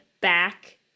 back